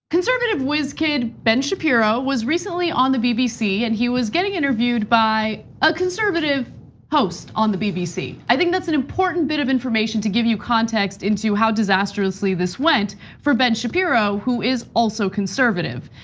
conservative whiz kid ben shapiro was recently on the bbc, and he was getting interviewed by a conservative host on the bbc. i think that's an important bit of information to give you context into how disastrously this went for ben shapiro, who is also conservative.